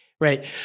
right